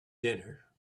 dinner